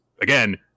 again